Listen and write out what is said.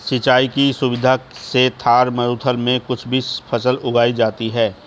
सिंचाई की सुविधा से थार मरूभूमि में भी कुछ फसल उगाई जाती हैं